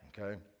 Okay